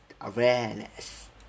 awareness